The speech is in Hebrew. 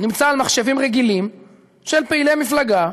נמצא על מחשבים רגילים של פעילי מפלגה,